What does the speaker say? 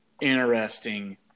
interesting